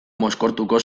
mozkortuko